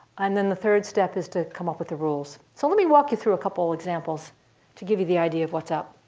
and then the third step is to come up with the rules. so let me walk you through a couple of examples to give the idea of what's up.